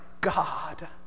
God